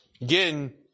again